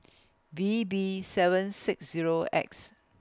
V B seven six Zero X